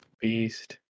Beast